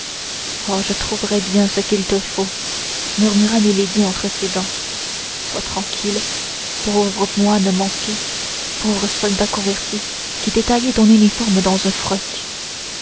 oh je trouverai bien ce qu'il te faut murmura milady entre ses dents sois tranquille pauvre moine manqué pauvre soldat converti qui t'es taillé ton uniforme dans un froc